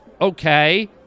Okay